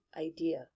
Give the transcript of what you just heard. idea